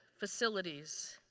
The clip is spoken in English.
facilities.